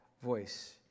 voice